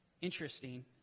Interesting